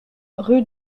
rue